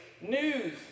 news